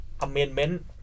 amendment